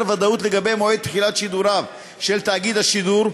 ודאות לגבי מועד תחילת שידוריו של תאגיד השידור,